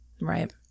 Right